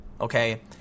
Okay